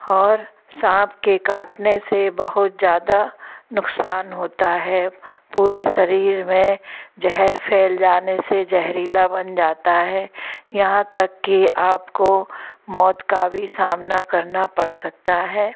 और सांप के काटने से बहुत ज़्यादा नुक़सान होता है पूरे शरीर में ज़हर फैल जाने से ज़हरीला बन जाता है यहाँ तक कि आप को मौत का भी सामना करना पड़ सकता है